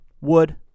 Wood